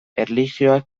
erlijioa